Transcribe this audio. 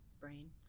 brain